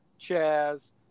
Chaz